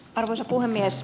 arvoisa puhemies